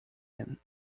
him